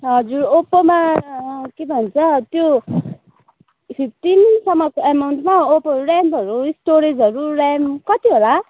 हजुर ओप्पोमा के भन्छ त्यो फिफ्टिनसम्मको एमाउन्टको ओप्पो रेमहरू स्टोरेजहरू रेम कति होला